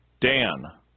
Dan